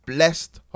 Blessed